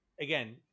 again